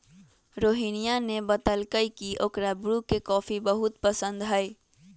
रोहिनीया ने बतल कई की ओकरा ब्रू के कॉफी बहुत पसंद हई